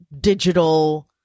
digital